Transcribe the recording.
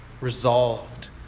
resolved